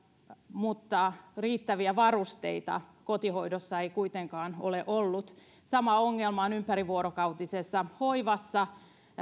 mutta riittäviä varusteita kotihoidossa ei kuitenkaan ole ollut sama ongelma on ympärivuorokautisessa hoivassa